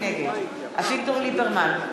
נגד אביגדור ליברמן,